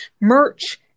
merch